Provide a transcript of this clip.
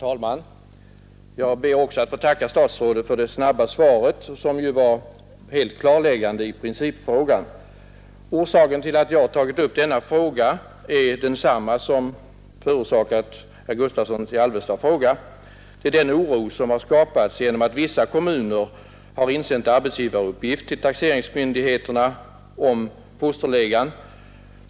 Herr talman! Också jag ber att få tacka statsrådet för det snabba svaret, som ju var helt klarläggande i principfrågan. Orsaken till att jag tagit upp detta spörsmål är densamma som den som låg bakom herr Gustavssons i Alvesta fråga, nämligen den oro som skapats genom att vissa kommuner har insänt arbetsgivaruppgift till taxeringsmyndigheterna om fosterlega.